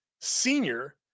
senior